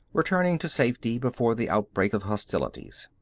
returning to safety before the outbreak of hostilities.